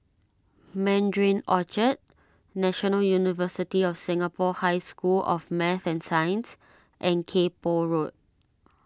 Mandarin Orchard National University of Singapore High School of Math and Science and Kay Poh Road